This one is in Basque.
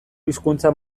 hizkuntzak